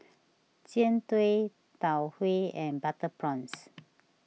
Jian Dui Tau Huay and Butter Prawns